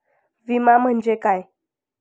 विमा म्हणजे काय?